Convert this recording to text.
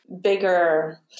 bigger